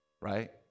right